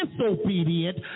disobedient